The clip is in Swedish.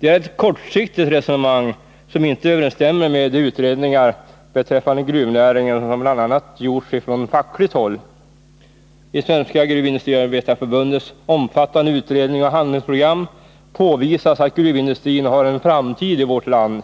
Det är ett kortsiktigt resonemang som inte överensstämmer med de utredningar beträffande gruvnäringen som gjorts bl.a. från fackligt håll. I Svenska gruvindustriarbetareförbundets omfattande utredning och handlingsprogram påvisas att gruvindustrin har en framtid i vårt land.